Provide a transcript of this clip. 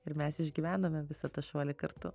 ir mes išgyvenome visą tą šuolį kartu